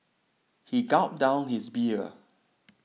he gulped down his beer